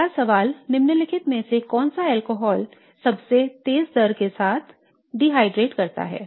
अगला सवाल निम्नलिखित में से कौन सा अल्कोहल सबसे तेज दर के साथ निर्जलीकरण करता है